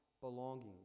belonging